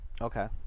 Okay